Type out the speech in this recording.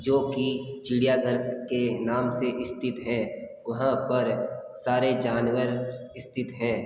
जो कि चिड़िया घर के नाम से स्थित है वहाँ पर सारे जानवर स्थित है